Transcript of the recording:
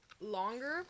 longer